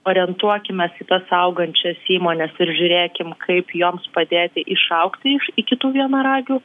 orientuokimės į tas augančias įmones ir žiūrėkim kaip joms padėti išaugti iš iki tų vienaragių